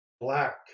black